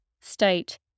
state